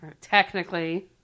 technically